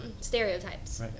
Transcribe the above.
stereotypes